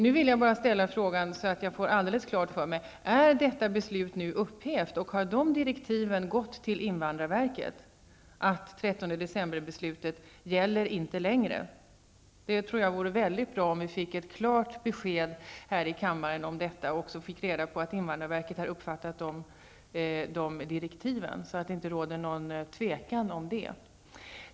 Nu vill jag bara ställa frågan, så att jag får alldeles klart för mig: Är detta beslut nu upphävt, och har direktiv gått till invandrarverket att 13-decemberbeslutet inte längre gäller? Det vore väldigt bra om vi fick ett klart besked här i kammaren om detta och också fick reda på om invandrarverket har uppfattat de direktiven, så att det inte råder något tvivel om det.